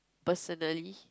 personally